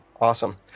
Awesome